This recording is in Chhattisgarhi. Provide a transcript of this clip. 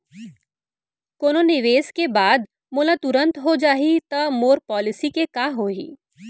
कोनो निवेश के बाद मोला तुरंत हो जाही ता मोर पॉलिसी के का होही?